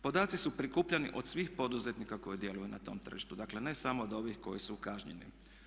Podaci su prikupljeni od svih poduzetnika koji djeluju na tom tržištu, dakle ne samo od ovih koji su kažnjeni.